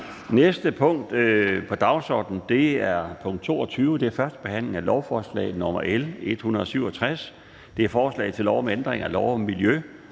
næste punkt på dagsordenen er: 22) 1. behandling af lovforslag nr. L 167: Forslag til lov om ændring af lov om Miljø-